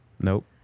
Nope